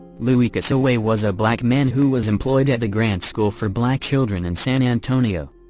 louis cassaway was a black man who was employed at the grant school for black children in san antonio.